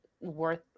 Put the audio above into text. worth